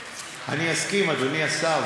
אסכים, אדוני השר.